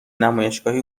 نمایشگاهی